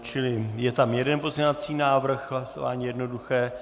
Čili je tam jeden pozměňovací návrh, hlasování jednoduché.